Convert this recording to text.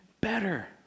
better